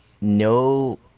no